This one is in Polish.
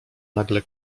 nagle